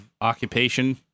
occupation